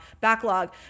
backlog